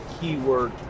keyword